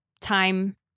time